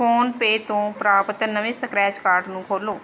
phone ਪੇ ਤੋਂ ਪ੍ਰਾਪਤ ਨਵੇਂ ਸਕ੍ਰੈਚ ਕਾਰਡ ਨੂੰ ਖੋਲੋ